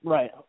Right